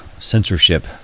censorship